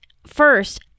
First